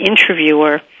interviewer